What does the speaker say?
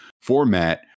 format